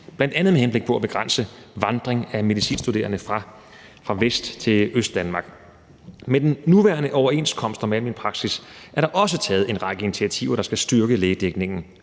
bl. a. med henblik på at begrænse vandring af medicinstuderende fra Vest til Østdanmark. Med den nuværende overenskomst om almen praksis er der også taget en initiativer, der skal styrke lægedækningen.